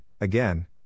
again